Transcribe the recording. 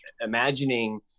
imagining